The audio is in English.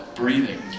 breathing